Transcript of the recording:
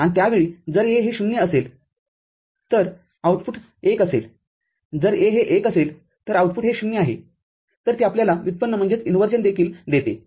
आणि त्या वेळी जर A हे ० असेल तर आउटपुट १ असेलजर A हे १ असेल तर आउटपुट हे ० आहे तरते आपल्याला व्युत्पन्न देखील देते